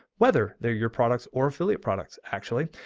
whether they're your products or affiliate products, actually.